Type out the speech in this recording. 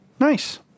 Nice